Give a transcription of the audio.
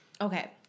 okay